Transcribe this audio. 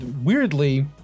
weirdly